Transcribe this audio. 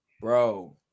bro